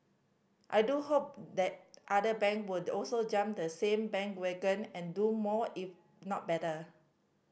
I do hope that other bank will also jump on the same bandwagon and do more if not better